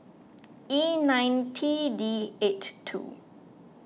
E nine T D eight two